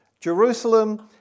Jerusalem